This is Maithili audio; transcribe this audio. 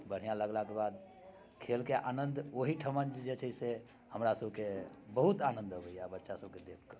बढ़िआँ लगलाके बाद खेलके आनन्द ओहिठिमन जे छै से हमरासभके बहुत आनन्द अबैए बच्चासभके देखि कऽ